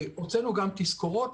הוצאנו גם תזכורות,